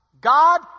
God